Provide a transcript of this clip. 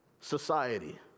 society